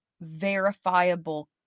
verifiable